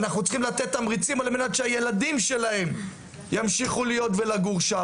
אנחנו צריכים לתת תמריצים על מנת שהילדים שלהם ירצו להמשיך להיות שם.